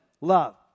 love